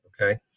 okay